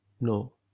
No